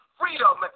freedom